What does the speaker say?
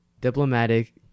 diplomatic